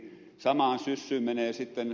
samaan syssyyn menee sitten ed